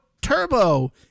Turbo